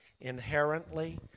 Inherently